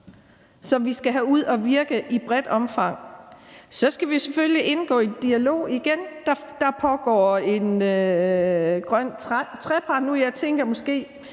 som vi skal have ud at virke i et bredt omfang. Så skal vi selvfølgelig indgå i en dialog igen. Der pågår nogle grønne trepartsforhandlinger nu,